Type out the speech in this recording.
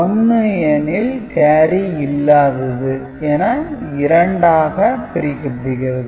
1 எனில் கேரி இல்லாதது என இரண்டாக பிரிக்கப் படுகிறது